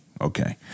Okay